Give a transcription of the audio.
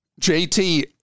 JT